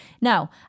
Now